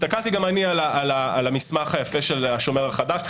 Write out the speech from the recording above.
הסתכלתי גם אני על המסמך היפה של השומר החדש,